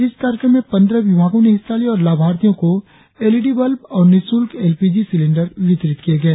इस कार्यक्रम में पंद्रह विभागों ने हिस्सा लिया और लाभार्थियों को एल ई डी बल्ब और निशुल्क एल पी जी सिलेंडर वितरित किए गए